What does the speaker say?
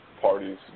parties